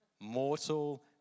mortal